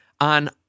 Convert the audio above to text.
on